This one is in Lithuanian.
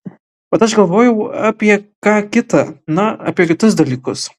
bet aš galvojau apie ką kita na apie kitus dalykus